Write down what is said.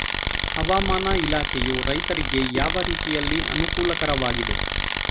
ಹವಾಮಾನ ಇಲಾಖೆಯು ರೈತರಿಗೆ ಯಾವ ರೀತಿಯಲ್ಲಿ ಅನುಕೂಲಕರವಾಗಿದೆ?